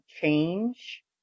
change